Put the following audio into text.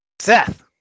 Seth